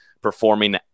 performing